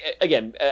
again